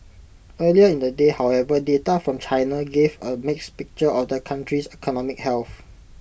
earlier in the day however data from China gave A mixed picture of the country's economic health